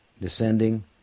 descending